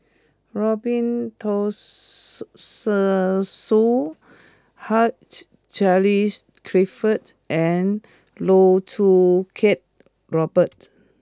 Robin Tessensohn Hugh Charles Clifford and Loh Choo Kiat Robert